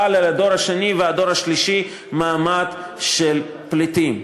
חל על הדור השני ועל הדור השלישי מעמד של פליטים.